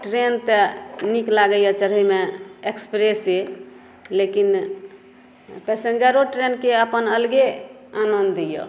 train तऽ नीक लागैया चढ़ै मे एक्सप्रेसे लेकिन पैसेंजर ट्रैनो के अपन अलगे आनन्द अछि